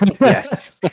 Yes